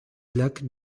lac